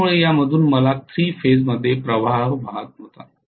त्यामुळे या मधून मला 3 फेजमध्ये प्रवाह वाहत नव्हता